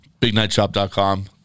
Bignightshop.com